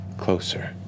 closer